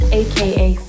aka